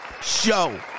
show